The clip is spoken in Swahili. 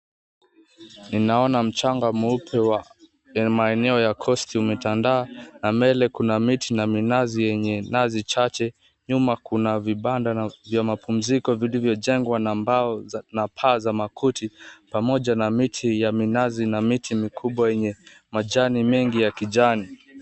Ninaona mchanga mweupe wa maeneo ya coast umetanda na mbele kuna miti na minazi yenye nazi chache, nyuma kuna vibanda na vya mapumziko vilivyojengwa na mbao na paa za makuti pamoja na miti ya minazi na miti mikubwa yenye majani mengi ya kijani.